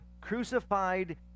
crucified